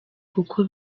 kuko